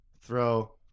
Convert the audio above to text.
throw